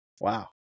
wow